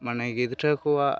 ᱢᱟᱱᱮ ᱜᱤᱫᱽᱨᱟᱹ ᱠᱚᱣᱟᱜ